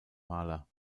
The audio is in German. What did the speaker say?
maler